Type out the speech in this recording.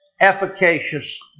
efficacious